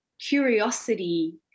curiosity